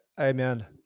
Amen